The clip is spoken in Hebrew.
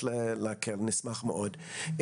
נשמח מאוד.